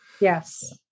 yes